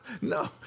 no